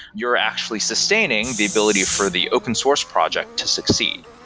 you're actually sustaining the ability for the open source project to succeed.